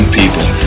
people